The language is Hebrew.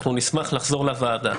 אנחנו נשמח לחזור לוועדה,